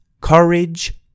courage